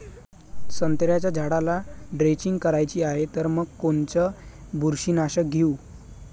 संत्र्याच्या झाडाला द्रेंचींग करायची हाये तर मग कोनच बुरशीनाशक घेऊ?